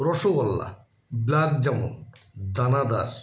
rasgulla black jamun দানাদার